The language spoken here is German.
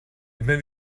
immer